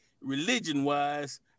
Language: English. religion-wise